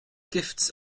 gifts